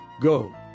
Go